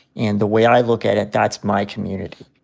and the way i look at it, that's my community.